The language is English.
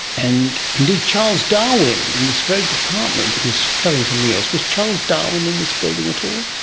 and indeed charles darwin in this very department, he was studying something else, was charles darwin in this building at all?